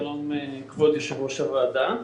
שלום כבוד יו"ר הוועדה.